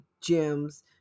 gems